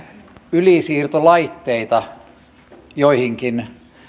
ylisiirtolaitteita joihinkin